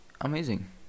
Amazing